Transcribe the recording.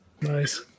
Nice